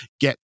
get